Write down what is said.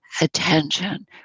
attention